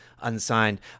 unsigned